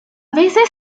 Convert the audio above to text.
veces